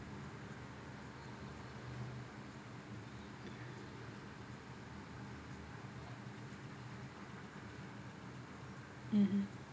mm mm